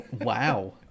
wow